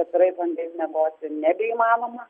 atvirais langais miegoti nebeįmanoma